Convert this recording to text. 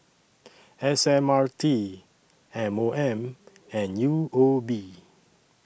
S M R T M O M and U O B